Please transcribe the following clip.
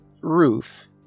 Ruth